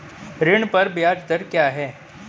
ऋण पर ब्याज दर क्या है?